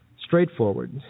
straightforward